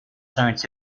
science